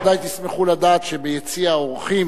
בוודאי תשמחו לשמוע שביציע האורחים